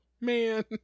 man